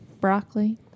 broccoli